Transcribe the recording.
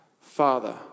Father